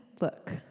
look